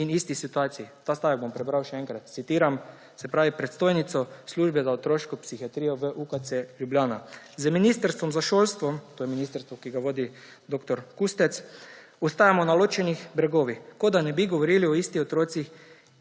in isti situaciji.« Ta stavek bom prebral še enkrat. Citiram predstojnico Službe za otroško psihiatrijo v UKC Ljubljana: »Z ministrstvom za šolstvo,« to je ministrstvo, ki ga vodi dr. Kustec, »ostajamo na ločenih bregovih, kot da ne bi govorili o istih otrocih